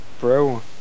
bro